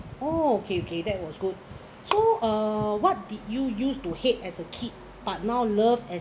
oh okay okay that was good so uh what did you use to hate as a kid but now love as